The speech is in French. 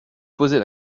poser